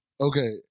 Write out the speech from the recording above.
Okay